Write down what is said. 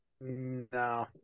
No